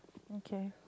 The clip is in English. okay